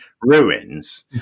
ruins